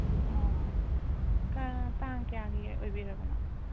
ꯑꯣ ꯇꯥꯡ ꯀꯌꯥꯒꯤ ꯑꯣꯏꯕꯤꯔꯕꯅꯣ